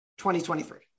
2023